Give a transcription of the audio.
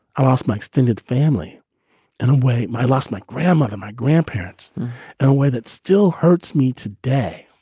i lost my extended family and away my lost my grandmother, my grandparents in a way that still hurts me today.